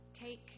take